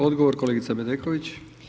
Odgovor, kolegica Bedeković-